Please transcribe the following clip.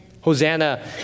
Hosanna